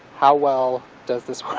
how well, does this